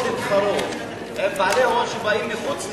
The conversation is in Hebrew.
להתחרות עם בעלי הון שבאים מחוץ ליפו.